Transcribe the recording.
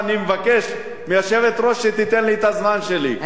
ואני מבקש מהיושבת-ראש שתיתן לי את הזמן שלי,